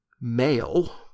male